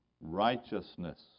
Righteousness